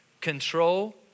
control